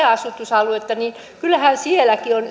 asutusaluetta niin kyllähän sielläkin on